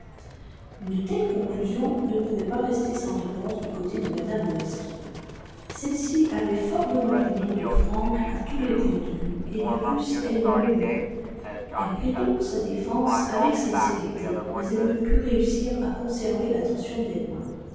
une telle conclusion ne pouvait pas rester sans réponse du côté de mme weston celle-ci avait fort bonne opinion de frank à tous les points de vue et de plus elle l'aimait beaucoup elle prit donc sa défense avec sincérité mais elle ne put réussir à conserver l'attention d'emma